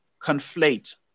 conflate